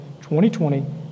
2020